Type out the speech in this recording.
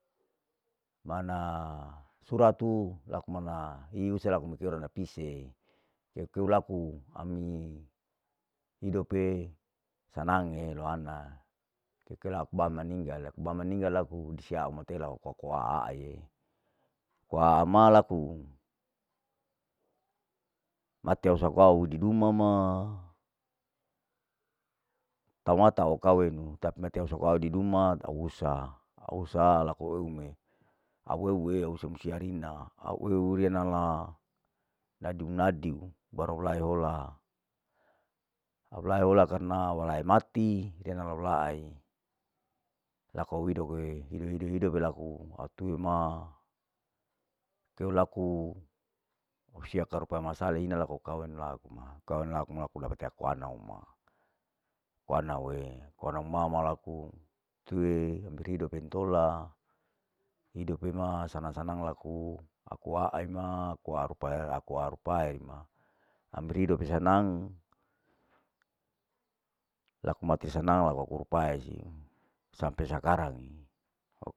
Mana suratu hiu selaku mau pi ora napise, keu keu laku ami hidope sanange loana, keu keu laku aku ba maninggal, aku ba maninggal laku hudisie au matee laku aku aaaii, au aa ma laku mati au sakau di du mama, tamata okawenu, tau meteu soko au di duma tausa, au usaha laku au oune, au eue ususr usia rima, au eu riya nala, nadiu nadiu baru lahola, au laihola karena awalae mati, riya naulau laa ei, laku au hidope, ini hidop hidope laku au tue ma, tue laku au sie karupa masa lehina laku kaweng laku ma, kaweng laku ma aku dape aku ana uma, kuanau e kuanau mama laku tue negeri duapentola, hidope ma sanang sanang laku, aku aa uma aku rupae, aku rupae ma, amir hidope sanang, laku matir sanang laku aku rupae siu sampe sakarangi.